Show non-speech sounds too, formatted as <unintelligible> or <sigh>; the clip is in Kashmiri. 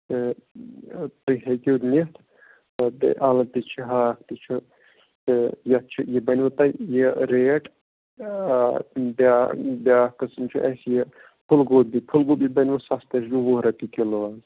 تہٕ تُہۍ ہیٚکِو نِتھ تہٕ بیٚیہِ اَلہٕ تہِ چھِ ہاکھ تہِ چھُ تہٕ یَتھ چھِ یہِ بَنیو تۄہہِ یہِ ریٹ بیٛاکھ قٕسٕم چھُ اَسہِ یہِ پھُلگوٗبی پھُلگوٗبی بَنیو سَستَے <unintelligible> وُہ رۄپیہِ کِلوٗ آز